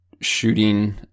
shooting